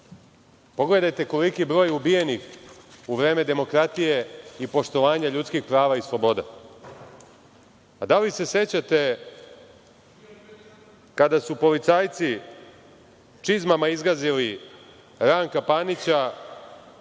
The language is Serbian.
Pogledajte koliki broj ubijenih u vreme demokratije i poštovanja ljudskih prava i sloboda. Da li se sećate kada su policajci čizmama izgazili Ranka Panića